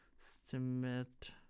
estimate